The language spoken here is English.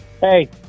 Hey